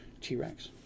T-Rex